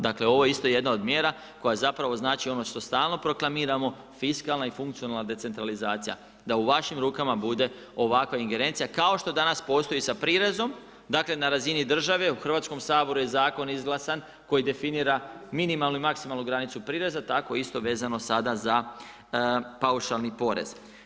Dakle ovo je isto jedna od mjera koja zapravo znači ono što stalno proklamiramo, fiskalna i funkcionalna decentralizacija, da u vašim rukama bude ovakva ingerencija kao što danas postoji sa prirezom, dakle na razini države, u Hrvatskom saboru je zakon izglasan koji definira minimalnu i maksimalnu granicu prireza, tako isto vezano sada za paušalni porez.